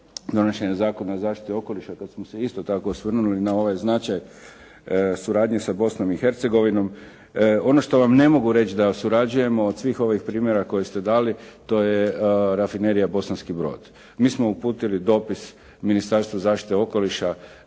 donošenja Zakona o zaštiti okoliša kad smo se isto tako osvrnuli na ovaj značaj suradnje s Bosnom i Hercegovinom. Ono što vam ne mogu reći da surađujemo od svih ovih primjera koje ste dali to je Rafinerija Bosanski Brod. Mi smo uputili dopis Ministarstvu zaštite okoliša